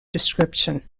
description